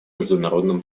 международном